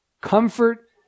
comfort